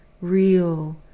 real